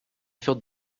thought